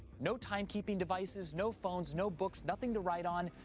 no timekeeping devices, no phones, no books, nothing to write on,